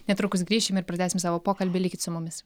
netrukus grįšim ir pratęsim savo pokalbį likit su mumis